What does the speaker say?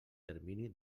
termini